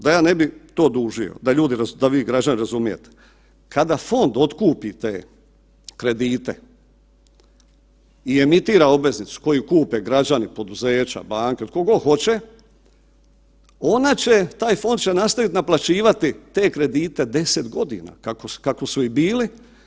Da ja ne bi to dužio, da vi građani razumijete, kada fond otkupi te kredite i emitira obveznicu koju kupe građani, poduzeća, banke tko god hoće, taj fond će nastaviti naplaćivati te kredite 10 godina kako su i bili.